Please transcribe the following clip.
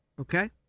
Okay